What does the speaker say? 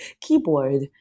keyboard